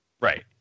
Right